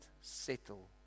settle